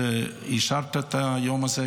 שאישרת את היום הזה,